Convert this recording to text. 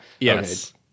yes